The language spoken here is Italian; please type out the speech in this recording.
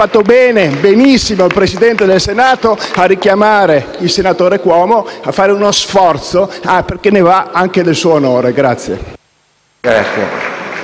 fatto benissimo il Presidente a richiamare il senatore Cuomo a fare uno sforzo, perché ne va anche del suo onore.